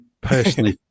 personally